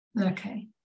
okay